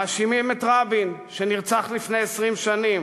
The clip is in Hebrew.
מאשימים את רבין שנרצח לפני 20 שנים.